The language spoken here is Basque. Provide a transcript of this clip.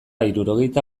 hirurogeita